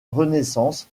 renaissance